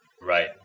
Right